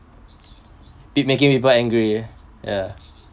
keep making people angry ya